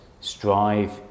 strive